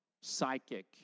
psychic